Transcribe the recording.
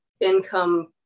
income